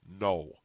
no